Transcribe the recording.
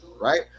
right